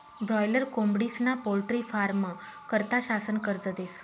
boiler कोंबडीस्ना poultry फारमं करता शासन कर्ज देस